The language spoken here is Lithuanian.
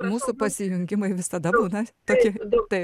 mūsų pasijungimai visada būna tokie taip